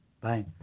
Bye